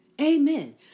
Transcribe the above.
Amen